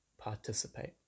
participate